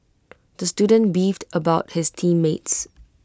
the student beefed about his team mates